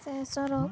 ᱥᱮ ᱥᱚᱨᱚᱠ